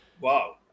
Wow